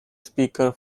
speaker